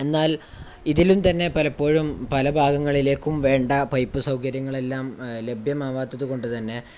എന്നാൽ ഇതിലും തന്നെ പലപ്പോഴും പല ഭാഗങ്ങളിലേക്കും വേണ്ട പൈപ്പ് സൗകര്യങ്ങളെല്ലാം ലഭ്യമാകാത്തതുകൊണ്ട് തന്നെ